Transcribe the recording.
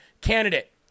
candidate